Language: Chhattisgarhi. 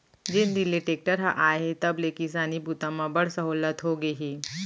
जेन दिन ले टेक्टर हर आए हे तब ले किसानी बूता म बड़ सहोल्लत होगे हे